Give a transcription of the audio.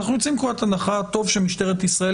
ואנחנו יוצאים מנקודת הנחה שטוב שמשטרת ישראל